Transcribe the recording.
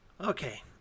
Okay